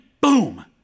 boom